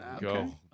go